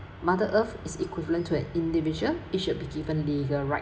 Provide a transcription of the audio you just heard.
mother earth is equivalent to an individual it should be given legal right